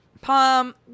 Palm